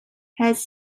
has